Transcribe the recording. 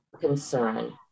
concern